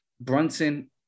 Brunson